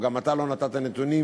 או גם אתה לא נתת נתונים